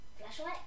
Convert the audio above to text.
flashlight